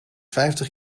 vijftig